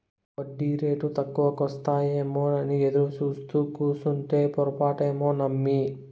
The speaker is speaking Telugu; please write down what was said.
ఒడ్డీరేటు తక్కువకొస్తాయేమోనని ఎదురుసూత్తూ కూసుంటే పొరపాటే నమ్మి